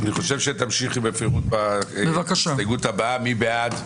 נצביע על הסתייגות 186 מי בעד?